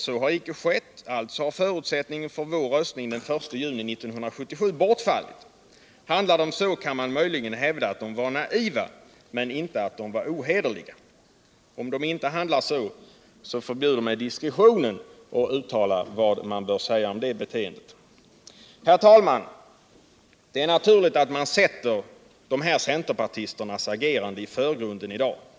Så har icke skett; alltså har förutsättningen för vår röstning den 1 juni 1977 bortfaltit. Handlar de så, kan man möjligen hävda att de varit naiva, men inte att de varit ohederliga. Om de inte handlar så, förbjuder mig diskretionen att uttala vad man bör säga om det beteendet. Herr talman! Det är naturligt att man sätter dessa centerpartisters agerande i förgrunden i dag.